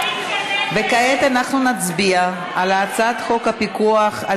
כעת אנחנו נצביע על הצעת חוק הפיקוח על